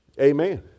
Amen